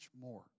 more